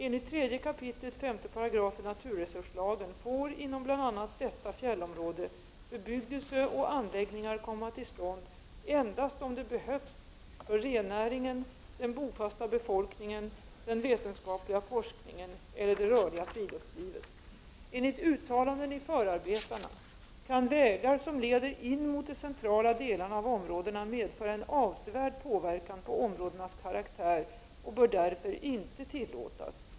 Enligt 3 kap. 5§ naturresurslagen får inom bl.a. detta fjällområde bebyggelse och anläggningar komma till stånd endast om det behövs för rennäringen, den bofasta befolkningen, den vetenskapliga forskningen eller det rörliga friluftslivet. Enligt uttalanden i förarbetena kan vägar som leder in mot de centrala delarna av områdena medföra en avsevärd påverkan på områdenas karaktär och bör därför inte tillåtas.